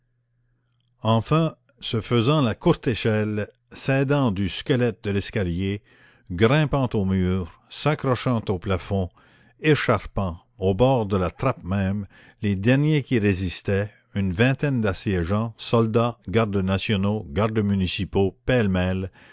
enfin se faisant la courte échelle s'aidant du squelette de l'escalier grimpant aux murs s'accrochant au plafond écharpant au bord de la trappe même les derniers qui résistaient une vingtaine d'assiégeants soldats gardes nationaux gardes municipaux pêle-mêle